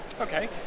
Okay